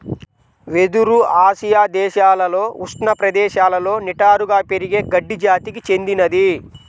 వెదురు ఆసియా దేశాలలో ఉష్ణ ప్రదేశాలలో నిటారుగా పెరిగే గడ్డి జాతికి చెందినది